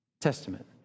Testament